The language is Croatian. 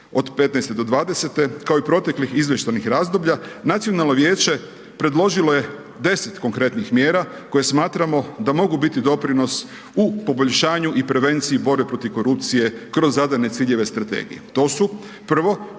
od '15.-'20. kao i proteklih izvještajnih razdoblja, Nacionalno vijeće, predložilo je 10 konkretnih mjera, koje smatramo da mogu biti doprinos u poboljšanju i prevenciji u borbi protiv korupcije kroz zadane ciljeve i strategije,